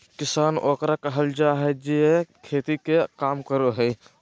किसान ओकरा कहल जाय हइ जे खेती के काम करो हइ